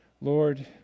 Lord